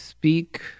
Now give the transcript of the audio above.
Speak